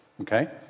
Okay